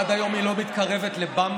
עד היום היא לא מתקרבת לבמבה,